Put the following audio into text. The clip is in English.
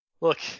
Look